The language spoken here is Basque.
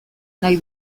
nahi